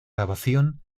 canción